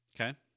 Okay